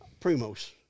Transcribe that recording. primos